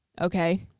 Okay